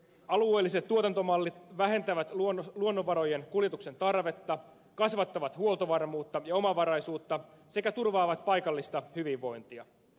alueelliset tuotantomallit vähentävät luonnonvarojen kuljetuksen tarvetta kasvattavat huoltovarmuutta ja omavaraisuutta sekä turvaavat paikallista hyvinvointia